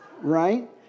right